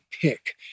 pick